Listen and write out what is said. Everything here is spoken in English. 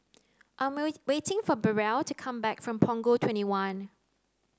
I am waiting for Beryl to come back from Punggol twenty one